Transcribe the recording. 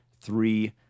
three